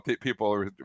people